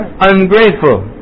Ungrateful